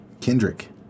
Kendrick